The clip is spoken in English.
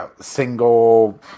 single